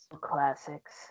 classics